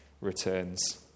returns